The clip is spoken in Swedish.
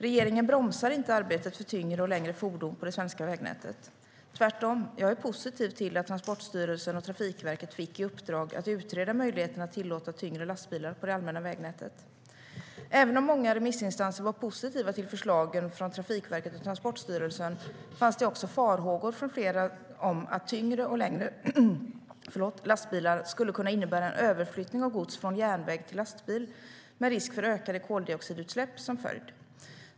Regeringen bromsar inte arbetet för tyngre och längre fordon på det svenska vägnätet. Tvärtom, jag är positiv till att Transportstyrelsen och Trafikverket fick i uppdrag att utreda möjligheterna att tillåta tyngre lastbilar på det allmänna vägnätet. Även om många remissinstanser var positiva till förslagen från Trafikverket och Transportstyrelsen fanns det också farhågor från flera om att tyngre och längre lastbilar skulle kunna innebära en överflyttning av gods från järnväg till lastbil med risk för ökade koldioxidutsläpp som följd.